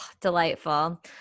delightful